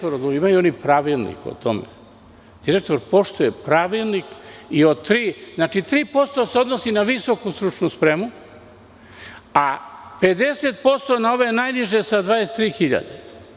Oni imaju pravilnik o tome i direktor poštuje pravilnik, 3% se odnosi na visoku stručnu spremu, a 50% na ove najniže sa 23 hiljade.